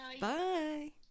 Bye